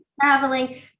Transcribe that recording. traveling